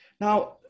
Now